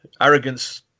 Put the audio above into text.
Arrogance